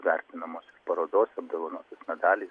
vertinamos parodose apdovanotos medaliais